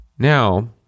Now